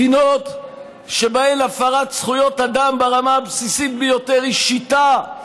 מדינות שבהן הפרת זכויות אדם ברמה הבסיסית ביותר היא שיטה,